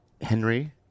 Henry